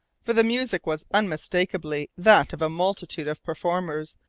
for the music was unmistakably that of a multitude of performers.